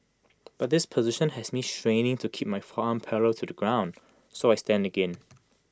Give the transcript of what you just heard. but this position has me straining to keep my forearm parallel to the ground so I stand again